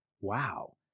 wow